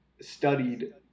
studied